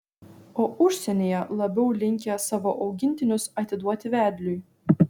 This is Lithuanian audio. o užsienyje labiau linkę savo augintinius atiduoti vedliui